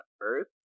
earth